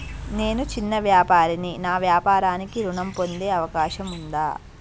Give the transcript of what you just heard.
నేను చిన్న వ్యాపారిని నా వ్యాపారానికి ఋణం పొందే అవకాశం ఉందా?